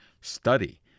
study